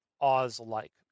Oz-like